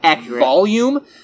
volume